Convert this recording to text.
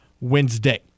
Wednesday